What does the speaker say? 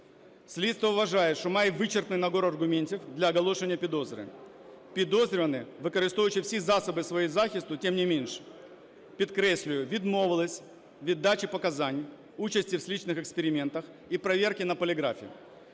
Слідство вважає, що має вичерпний набір аргументів для оголошення підозри. Підозрювані, використовуючи всі засоби свого захисту, тим не менше, підкреслюю, відмовились від дачі показань, участі в слідчих експериментах і перевірки на поліграфі.